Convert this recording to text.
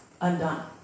undone